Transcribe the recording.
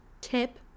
tip